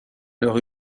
leur